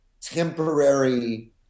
temporary